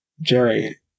Jerry